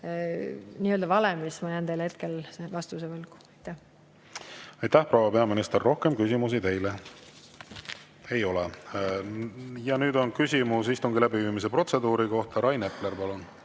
nii-öelda valemi kohta ma jään teile hetkel vastuse võlgu. Aitäh, proua peaminister! Rohkem küsimusi teile ei ole. Ja nüüd on küsimus istungi läbiviimise protseduuri kohta. Rain Epler, palun!